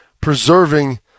preserving